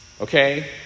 Okay